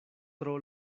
tro